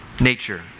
nature